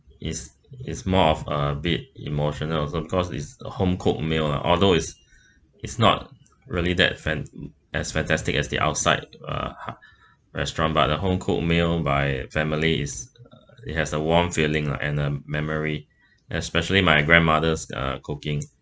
is is more of a bit emotional also because it's a home cooked meal lah although it's it's not really that fan~ as fantastic as the outside uh h~ restaurant but the home cooked meal by family is it has a warm feeling lah and the memory especially my grandmother's uh cooking